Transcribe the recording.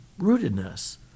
rootedness